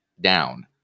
down